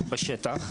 היושב-ראש.